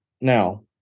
Now